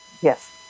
Yes